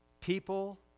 People